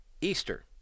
Easter